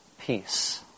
peace